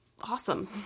awesome